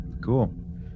Cool